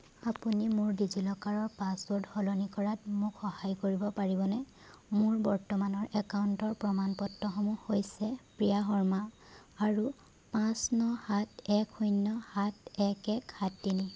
আপুনি মোৰ ডিজিল'কাৰৰ পাছৱৰ্ড সলনি কৰাত মোক সহায় কৰিব পাৰিবনে মোৰ বৰ্তমানৰ একাউণ্টৰ প্ৰমাণপত্ৰসমূহ হৈছে প্ৰিয়া শৰ্মা আৰু পাঁচ ন সাত এক শূন্য সাত এক এক সাত তিনি